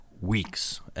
weeks